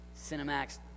Cinemax